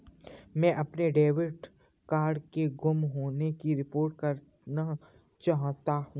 मैं अपने debit card के गुम होने की रिपोर्ट करना चाहता हूँ